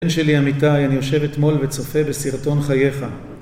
בן שלי אמיתי, אני יושב אתמול וצופה בסרטון חייך.